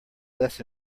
less